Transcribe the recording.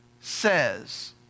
says